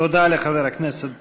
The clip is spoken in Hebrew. תודה לחבר הכנסת גפני.